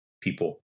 people